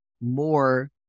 more